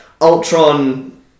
Ultron